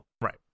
Right